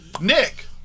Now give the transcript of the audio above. Nick